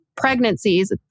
pregnancies